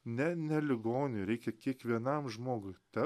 ne ne ligonį reikia kiekvienam žmogui ta